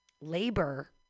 labor